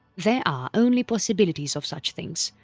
there are only possibilities of such things,